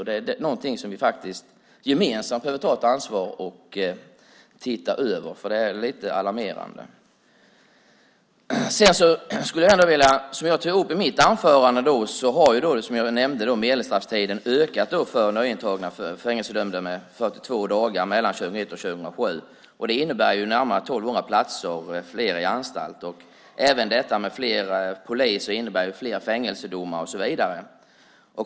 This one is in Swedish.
Det är något som vi gemensamt behöver ta ansvar för och titta över, för det är lite alarmerande. Som jag tog upp i mitt anförande har medelstrafftiden ökat för nyintagna fängelsedömda med 42 dagar mellan 2001 och 2007. Det innebär närmare 1 200 fler platser i anstalt. Även fler poliser innebär fler fängelsedomar och så vidare.